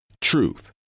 truth